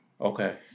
Okay